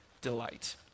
delight